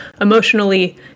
emotionally